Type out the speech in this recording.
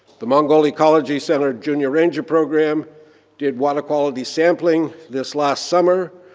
the mongol ecology center junior ranger program did water quality sampling this last summer,